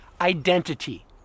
Identity